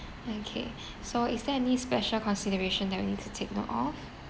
okay so is there any special consideration that we need to take note of